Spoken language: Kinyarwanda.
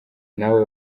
nawe